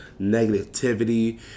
negativity